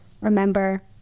remember